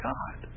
God